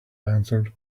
answered